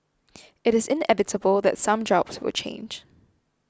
it is inevitable that some jobs will change